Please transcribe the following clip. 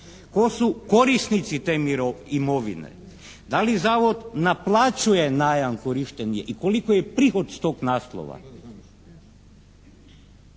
Tko su korisnici te imovine? Da li zavod naplaćuje najam korištenja i koliki je prihod s tog naslova?